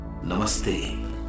Namaste